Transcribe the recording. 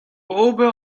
ober